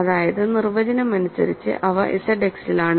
അതായത് നിർവചനം അനുസരിച്ച് അവ Z X ലാണ്